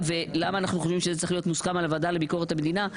ולמה אנחנו חושבים שזה צריך להיות מוסכם על הוועדה לביקורת המדינה?